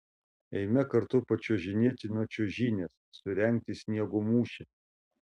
eime kartu pačiuožinėti nuo čiuožynės surengti sniego mūšį